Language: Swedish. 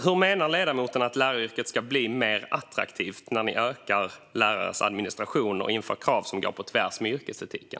Hur menar ledamoten att läraryrket ska bli mer attraktivt när ni ökar lärarnas administration och inför krav som går på tvärs mot yrkesetiken?